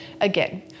Again